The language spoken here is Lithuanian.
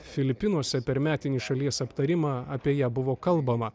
filipinuose per metinį šalies aptarimą apie ją buvo kalbama